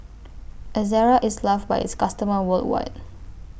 Ezerra IS loved By its customers worldwide